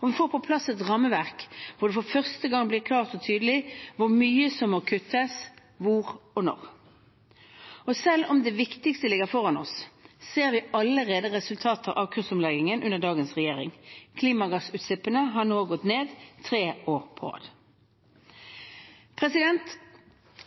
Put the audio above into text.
og vi får på plass et rammeverk hvor det for første gang blir klart og tydelig hvor mye som må kuttes hvor og når. Selv om det viktigste ligger foran oss, ser vi allerede resultatet av kursomleggingen under dagens regjering. Klimagassutslippene har nå gått ned tre år på rad.